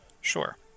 sure